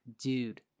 dude